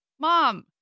Mom